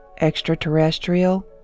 extraterrestrial